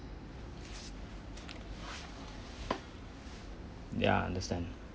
ya understand